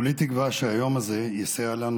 כולי תקווה שהיום הזה באמת יסייע לנו